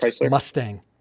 Mustang